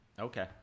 okay